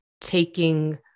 taking